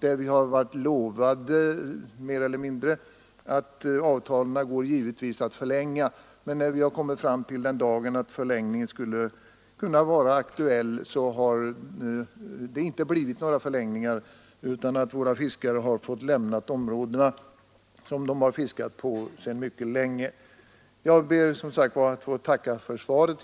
med Norge och haft löfte om att avtalen kan förlängas, men när den dagen kommit, har någon förlängning inte kommit till stånd, och våra fiskare har fått lämna områden som de fiskat på sedan mycket lång tid tillbaka. Jag ber som sagt att få tacka för svaret.